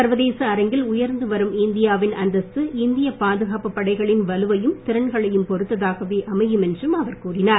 சர்வதேச அரங்கில் உயர்ந்து வரும் இந்தியாவின் அந்தஸ்து இந்திய பாதுகாப்பு படைகளின் வலுவையும் திறன்களையும் பொறுத்ததாகவே அமையும் என்று அவர் கூறினார்